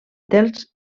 dels